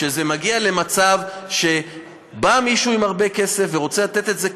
כשזה מגיע למצב שבא מישהו עם הרבה כסף ורוצה לתת את זה כבוכטה,